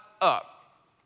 up